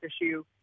issue